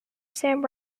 sam